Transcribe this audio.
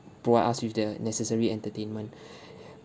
provide us with the necessary entertainment